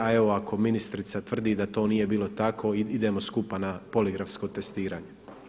A evo ako ministrica tvrdi da to nije bilo tako idemo skupa na poligrafsko testiranje.